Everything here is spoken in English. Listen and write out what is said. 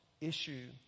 issue